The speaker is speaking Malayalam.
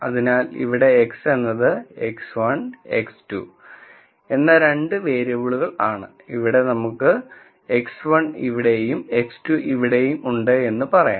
അതിനാൽ ഇവിടെ X എന്നത് x1 x2 എന്ന രണ്ട് വേരിയബിളുകൾ ആണ് നമുക്ക് x1 ഇവിടെയും x2 ഇവിടെയും ഉണ്ടെന്ന് പറയാം